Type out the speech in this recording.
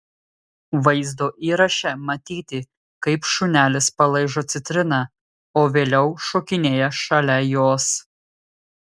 vaizdo įraše matyti kaip šunelis palaižo citriną o vėliau šokinėja šalia jos